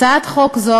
הצעת חוק זו,